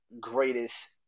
greatest